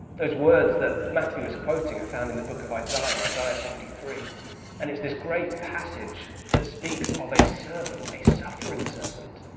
those words that matthew is quoting are found in the book of isaiah isaiah fifty three and it's this great passage that speaks of a servant, a suffering servant,